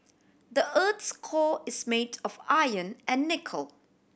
the earth's core is made of iron and nickel